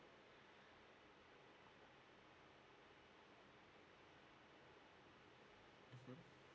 mmhmm